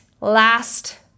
Last